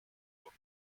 were